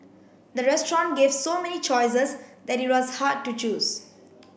the restaurant gave so many choices that it was hard to choose